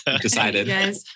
decided